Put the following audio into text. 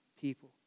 people